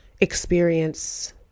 experience